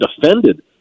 defended